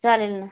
चालेल ना